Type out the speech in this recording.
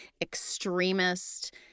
extremist